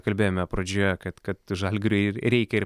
kalbėjome pradžioje kad kad žalgiriui reikia ir